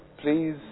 Please